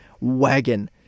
wagon